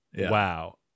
Wow